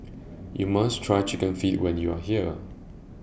YOU must Try Chicken Feet when YOU Are here